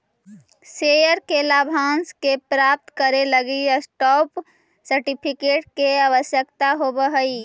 share के लाभांश के प्राप्त करे लगी स्टॉप सर्टिफिकेट के आवश्यकता होवऽ हइ